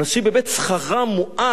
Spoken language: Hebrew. באמת שכרם מועט,